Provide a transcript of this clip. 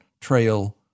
trail